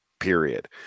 Period